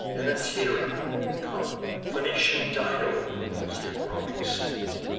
and a tyrian colony. phoenician dido rules the growing state,